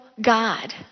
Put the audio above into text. God